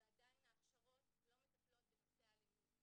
ועדיין ההכשרות לא מטפלות בנושא האלימות.